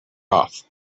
off